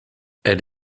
elle